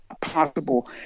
possible